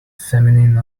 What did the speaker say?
feminine